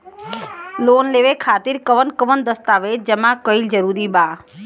Loan लेवे खातिर कवन कवन दस्तावेज जमा कइल जरूरी बा?